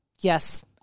Yes